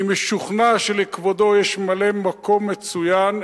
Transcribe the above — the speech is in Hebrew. אני משוכנע שלכבודו יש ממלא-מקום מצוין,